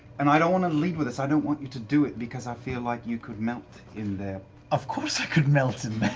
and i don't want to lead with this. i don't want you to do it because i feel like you could melt in there. sam of course i could melt in there!